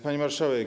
Pani Marszałek!